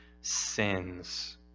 sins